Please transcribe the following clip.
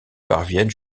parviennent